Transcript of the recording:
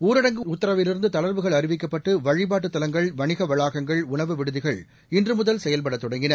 ஊரடங்கு உத்தரவிலிருந்து தளா்வுகள் அறிவிக்கப்பட்டு வழிபாட்டுத் தலங்கள் வணிக வளாகங்கள் உணவு விடுதிகள் இன்று முதல் செயல்பட தொடங்கின